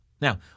Now